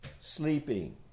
sleeping